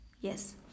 yes